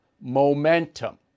momentum